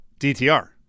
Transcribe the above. DTR